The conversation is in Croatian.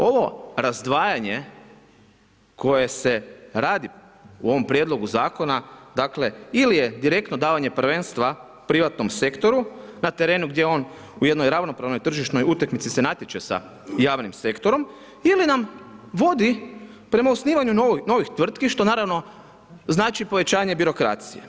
Ovo razdvajanje koje se radi u ovom prijedlogu zakona ili je direktno davanje prvenstva privatnom sektoru na terenu gdje on u jednoj ravnopravnoj tržišnoj utakmici se natječe sa javnim sektorom ili nam vodi prema osnivanju novih tvrtki što znači povećanje birokracije.